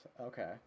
Okay